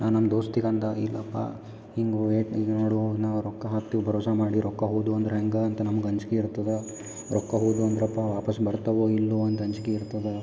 ನಾ ನಮ್ಮ ದೋಸ್ತಿಗಂದ ಇಲ್ಲಪ್ಪಾ ಹಿಂಗೆ ವೇಟ್ ಈಗ ನೋಡು ನಾವು ರೊಕ್ಕ ಹಾಕ್ತಿವಿ ಭರವಸ ಮಾಡಿ ರೊಕ್ಕ ಹೋದು ಅಂದ್ರೆ ಹೆಂಗೆ ಅಂತ ನಮ್ಗೆ ಅಂಜಿಕೆ ಇರ್ತದ ರೊಕ್ಕ ಹೋದು ಅಂದ್ರಪ್ಪಾ ವಾಪಾಸ್ ಬರ್ತಾವೊ ಇಲ್ಲೋ ಒಂದು ಅಂಜಿಕೆ ಇರ್ತದ